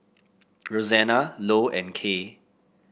Rosanna Lou and Kay